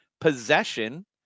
Possession